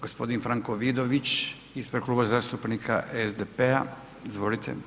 Gospodin Franko Vidović ispred Kluba zastupnika SDP-a, izvolite.